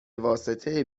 واسطه